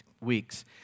weeks